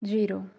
zero